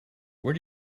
where